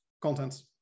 contents